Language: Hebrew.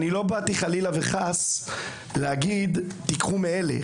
נכון, אני לא באתי חלילה וחס להגיד שתיקחו מאלה.